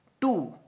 Two